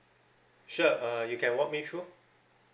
sure uh you can walk me through